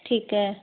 ਠੀਕ ਹੈ